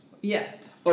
Yes